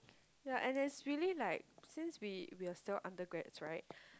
ya and it's really like since we we are still undergrads right